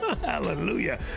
Hallelujah